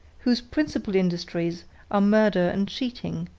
whose principal industries are murder and cheating,